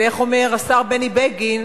ואיך אומר השר בני בגין?